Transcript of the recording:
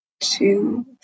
Two